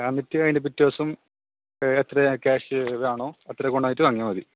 എന്നിട്ട് അതിൻ്റെ പിറ്റേദിവസം എത്രയാണ് ക്യാഷ് ഇതാണോ അത്രയും കൊണ്ടുവന്നിട്ട് വന്നാൽ മതി